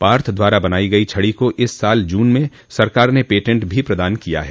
पार्थ द्वारा बनायी गयी छड़ी को इस साल जून में सरकार ने पेटेंट भी प्रदान किया है